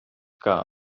que